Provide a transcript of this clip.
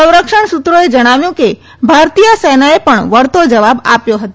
સંરક્ષણ સૂત્રોએ જણાવ્યું કે ભારતીય સેનાએ પણ વળતો જવાબ આપ્યો હતો